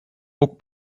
puk